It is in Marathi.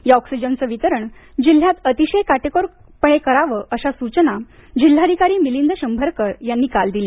या ऑक्सिजनचं वितरण जिल्ह्यात अतिशय काटेकोरपणे करावं अशा सूचना जिल्हाधिकारी मिलिंद शंभरकर यांनी काल दिल्या